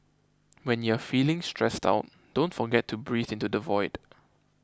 when you are feeling stressed out don't forget to breathe into the void